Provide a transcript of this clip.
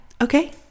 Okay